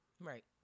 Right